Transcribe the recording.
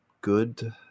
good